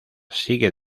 sigue